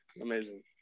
amazing